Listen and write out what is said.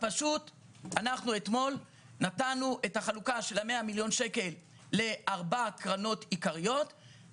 אנחנו אתמול נתנו את החלוקה של ה-100 מיליון שקל לארבע קרנות עיקריות.